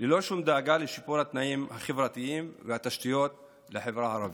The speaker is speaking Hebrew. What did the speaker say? ללא שום דאגה לשיפור התנאים החברתיים והתשתיות לחברה הערבית.